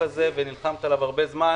עם כל הכבוד לדברים שאמרת,